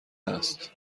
است